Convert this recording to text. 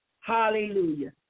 Hallelujah